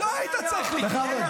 לא היית צריך ----- בכבוד.